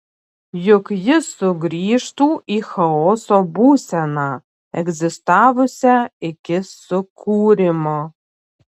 juk ji sugrįžtų į chaoso būseną egzistavusią iki sukūrimo